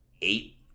eight